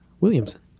Williamson